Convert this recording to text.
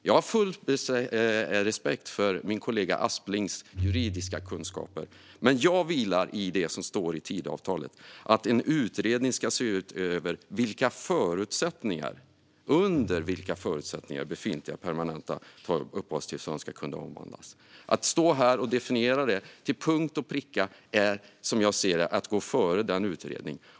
Jag har full respekt för min kollega Asplings juridiska kunskaper, men jag vilar i det som står i Tidöavtalet - att en utredning ska se över under vilka förutsättningar befintliga permanenta uppehållstillstånd ska kunna omvandlas. Att stå här och definiera detta till punkt och pricka är som jag ser det att gå före denna utredning.